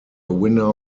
winner